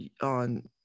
on